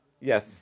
Yes